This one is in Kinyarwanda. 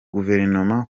guverinoma